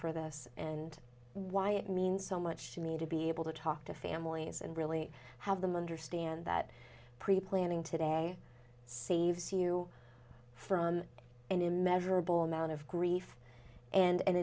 for this and why it means so much to me to be able to talk to families and really have them understand that pre planning today saves you from an immeasurable amount of grief and